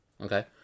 okay